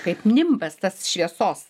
kaip nimbas tas šviesos